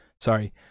Sorry